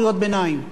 בבקשה, שר האוצר.